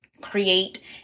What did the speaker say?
create